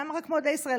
למה רק מועדי ישראל?